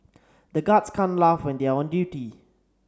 the guards can't laugh when they are on duty